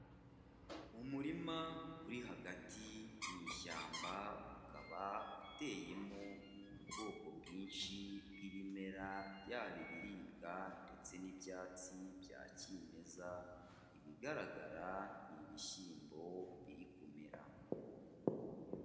Umurima uri hagati mu ishyamba, ukaba uteyemo ubwoko bwinshi bw'ibimera yaba ibiribwa ndetse n'ibyatsi bya kimeza, ibigaragara ni ibishyimbo biri kumera.